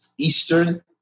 Eastern